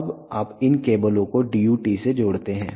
अब आप इन केबलों को DUT से जोड़ते हैं